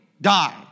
die